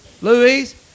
Louise